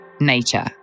nature